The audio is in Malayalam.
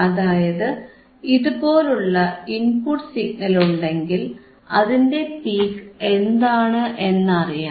അതായത് ഇതുപോലുള്ള ഇൻപുട്ട് സിഗ്നൽ ഉണ്ടെങ്കിൽ അതിന്റെ പീക്ക് എന്താണ് എന്ന് അറിയാം